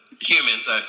humans